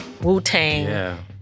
Wu-Tang